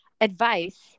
advice